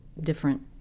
different